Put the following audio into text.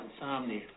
insomnia